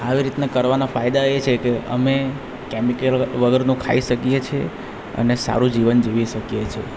આવી રીતને કરવાના ફાયદા એ છે કે અમે કેમિકલ વગરનું ખાઈ શકીએ છે અને સારું જીવન જીવી શકીએ છે